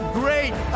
great